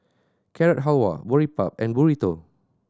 Carrot Halwa Boribap and Burrito